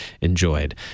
enjoyed